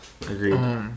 Agreed